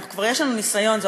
כבר יש לנו ניסיון,